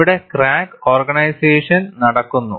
ഇവിടെ crack organisation നടക്കുന്നു